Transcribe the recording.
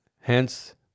Hence